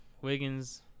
Wiggins